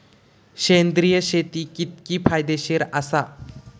सेंद्रिय शेती कितकी फायदेशीर आसा?